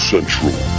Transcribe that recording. Central